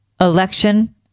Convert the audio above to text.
election